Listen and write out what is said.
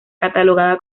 catalogada